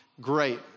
great